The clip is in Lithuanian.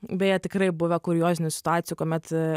beje tikrai buvę kuriozinių situacijų kuomet